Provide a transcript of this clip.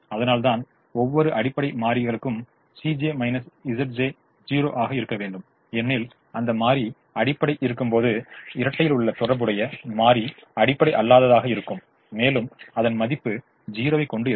அதனால்தான் ஒவ்வொரு அடிப்படை மாறிக்கும் 0 ஆக இருக்க வேண்டும் ஏனெனில் அந்த மாறி அடிப்படை இருக்கும்போது இரட்டையிலுள்ள தொடர்புடைய மாறி அடிப்படை அல்லாததாக இருக்கும் மேலும் அதன மதிப்பு 0 வை கொண்டு இருக்கும்